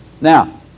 Now